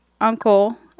uncle